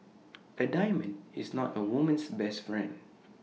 A diamond is not A woman's best friend